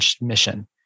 mission